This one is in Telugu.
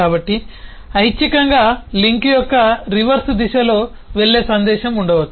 కాబట్టి ఐచ్ఛికంగా లింక్ యొక్క రివర్స్ దిశలో వెళ్ళే సందేశం ఉండవచ్చు